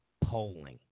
polling